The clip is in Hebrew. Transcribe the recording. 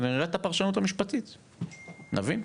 נראה את הפרשנות המשפטית, נבין.